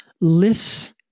lifts